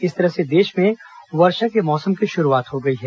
इस तरह से देश में वर्षा के मौसम की शुरूआत हो गई है